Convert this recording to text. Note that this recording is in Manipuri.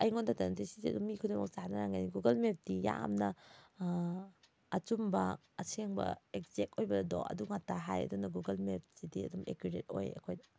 ꯑꯩꯉꯣꯟꯗꯗ ꯅꯠꯇꯦ ꯁꯤꯁꯦ ꯑꯗꯨꯝ ꯃꯤ ꯈꯨꯗꯤꯡꯃꯛ ꯆꯥꯟꯅꯔꯝꯒꯅꯤ ꯒꯨꯒꯜ ꯃꯦꯞꯇꯤ ꯌꯥꯝꯅ ꯑꯆꯨꯝꯕ ꯑꯁꯦꯡꯕ ꯑꯦꯛꯖꯦꯛ ꯑꯣꯏꯕꯗꯣ ꯑꯗꯨ ꯉꯥꯛꯇ ꯍꯥꯏ ꯑꯗꯨꯟ ꯒꯨꯒꯜ ꯃꯦꯞꯁꯤꯗꯤ ꯑꯗꯨꯝ ꯑꯦꯀꯨꯔꯦꯠ ꯑꯣꯏ ꯑꯩꯈꯣꯏꯗ